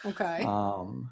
Okay